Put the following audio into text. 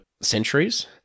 centuries